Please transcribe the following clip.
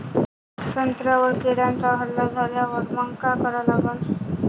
संत्र्यावर किड्यांचा हल्ला झाल्यावर मंग काय करा लागन?